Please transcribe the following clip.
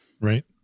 Right